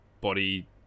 body